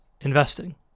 investing